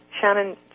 Shannon